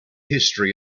history